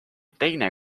teine